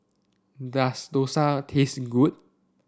does Dosa taste good